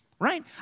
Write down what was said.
Right